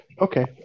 okay